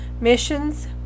Missions